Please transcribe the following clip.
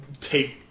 take